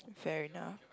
fair enough